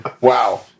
Wow